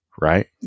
right